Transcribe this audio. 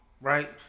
right